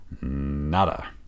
Nada